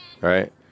Right